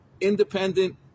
independent